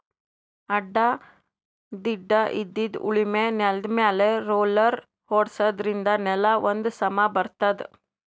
ಅಡ್ಡಾ ತಿಡ್ಡಾಇದ್ದಿದ್ ಉಳಮೆ ನೆಲ್ದಮ್ಯಾಲ್ ರೊಲ್ಲರ್ ಓಡ್ಸಾದ್ರಿನ್ದ ನೆಲಾ ಒಂದ್ ಸಮಾ ಬರ್ತದ್